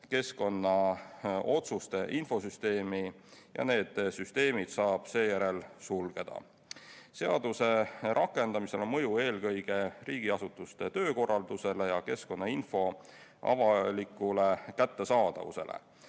keskkonnaotsuste infosüsteemi ja need süsteemid saab seejärel sulgeda. Seaduse rakendamisel on mõju eelkõige riigiasutuste töökorraldusele ja keskkonnainfo avalikule kättesaadavusele.